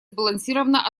сбалансировано